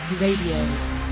Radio